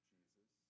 Jesus